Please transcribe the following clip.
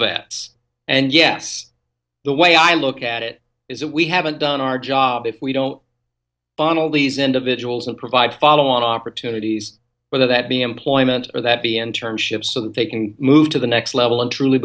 vets and yes the way i look at it is that we haven't done our job if we don't funnel these individuals and provide follow on opportunities whether that be employment or that be an term ship so that they can move to the next level and truly